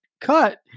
cut